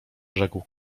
rzekł